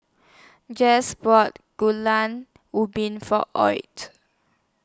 Jase brought Gulai Ubi For Hoy